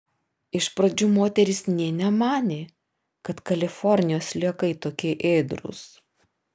iš pradžių moteris nė nemanė kad kalifornijos sliekai tokie ėdrūs